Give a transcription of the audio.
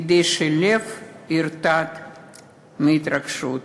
כדי שהלב ירטוט מהתרגשות.